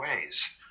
ways